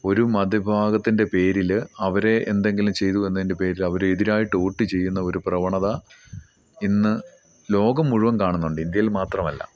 ഒരു മതഭാഗത്തിൻ്റെ പേരിൽ അവരെ എന്തെങ്കിലും ചെയ്തു എന്നതിൻ്റെ പേരിൽ അവർ എതിരായിട്ട് വോട്ട് ചെയ്യുന്ന ഒരു പ്രവണത ഇന്ന് ലോകം മുഴുവൻ കാണുന്നുണ്ട് ഇന്ത്യയിൽ മാത്രമല്ല